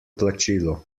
plačilo